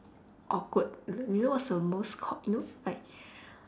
awkward you know what's the most c~ you know like